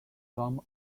some